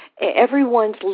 Everyone's